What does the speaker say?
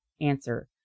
answer